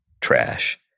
trash